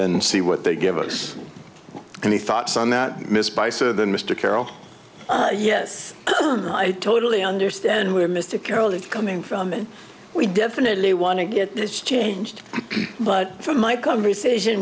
then see what they give us any thoughts on that missed by said mr carroll yes i totally understand where mr carroll is coming from and we definitely want to get this changed but from my conversation